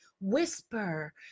whisper